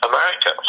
America